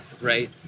right